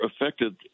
affected